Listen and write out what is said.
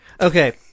Okay